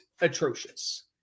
atrocious